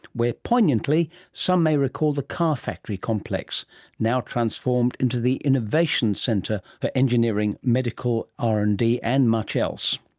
where poignantly some may recall the car factory complex now transformed into the innovation centre for engineering, medical r and d, and much else